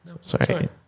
Sorry